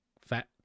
fat